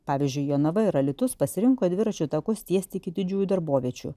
pavyzdžiui jonava ir alytus pasirinko dviračių takus tiesti iki didžiųjų darboviečių